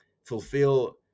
fulfill